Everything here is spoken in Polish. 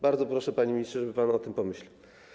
Bardzo proszę, panie ministrze, żeby pan o tym pomyślał.